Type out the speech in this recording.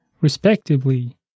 respectively